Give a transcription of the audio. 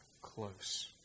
close